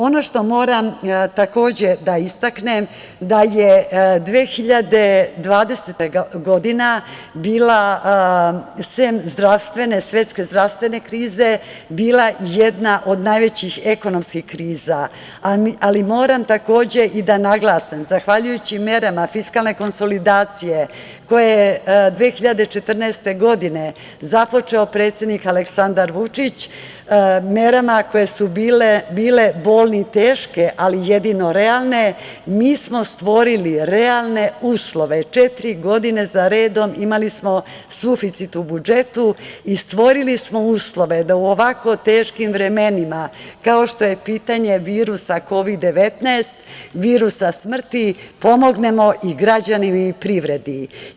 Ono što moram takođe da istaknem da je 2020. godina bila sem svetske zdravstvene krize, bila jedna od najvećih ekonomskih kriza, ali moram takođe da naglasim, zahvaljujući merama fiskalne konsolidacije, koje je 2014. godine započeo predsednik Aleksandar Vučić, merama koje su bile bolne i teške, ali jedino realne, mi smo stvorili realne uslove, četiri godine za redom imali smo suficit u budžetu i stvorili smo uslove da u ovako teškim vremenima kao što je pitanje virusa Kovid-19, virusa smrti, pomognemo i građanima i privredi.